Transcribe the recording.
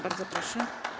Bardzo proszę.